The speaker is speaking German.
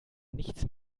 nichts